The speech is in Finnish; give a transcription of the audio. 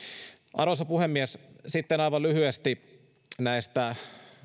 arvoisa puhemies sitten aivan lyhyesti näistä